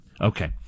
Okay